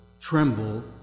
tremble